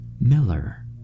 Miller